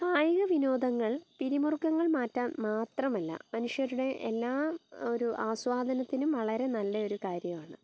കായിക വിനോദങ്ങൾ പിരിമുറുക്കങ്ങൾ മാറ്റാൻ മാത്രമല്ല മനുഷ്യരുടെ എല്ലാ ഒരു ആസ്വാദനത്തിനും വളരെ നല്ല ഒരു കാര്യമാണ്